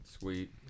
Sweet